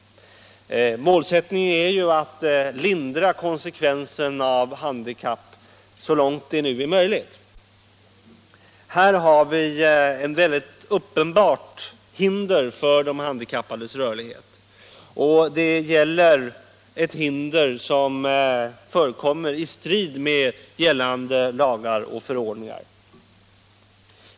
Målsättningen är att lindra konsekvensen av handikapp så långt det är möjligt. Här har vi ett uppenbart hinder för de handikappades rörlighet. Det är ett hinder som förekommer i strid med gällande lagar och förordningar.